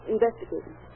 Investigating